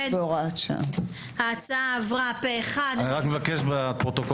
הצבעה הצעת חוק איסור אלימות בספורט (תיקון מס' 3 והוראת שעה),